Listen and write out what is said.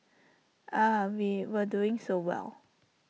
ah we were doing so well